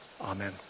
Amen